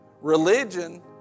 Religion